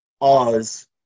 Oz